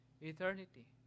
eternity